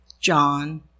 John